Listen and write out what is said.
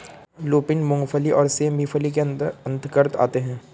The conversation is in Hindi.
लूपिन, मूंगफली और सेम भी फली के अंतर्गत आते हैं